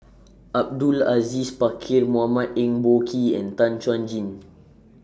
Abdul Aziz Pakkeer Mohamed Eng Boh Kee and Tan Chuan Jin